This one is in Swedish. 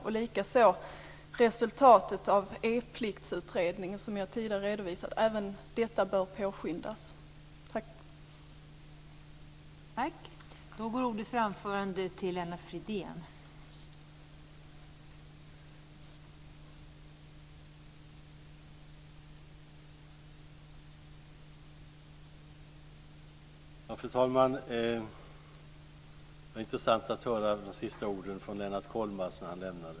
Även resultatet av E-pliktsutredningen, som jag tidigare redovisade, bör påskyndas.